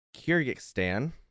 Kyrgyzstan